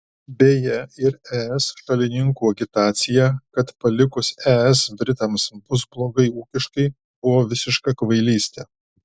beje ir es šalininkų agitacija kad palikus es britams bus blogai ūkiškai buvo visiška kvailystė